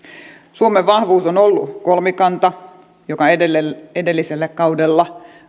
suomen vahvuus on ollut kolmikanta joka edellisellä kaudella